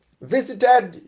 visited